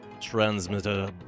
Transmitter